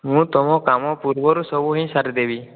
ମୁଁ ତୁମ କାମ ପୂର୍ବରୁ ସବୁ ହିଁ ସାରି ଦେବି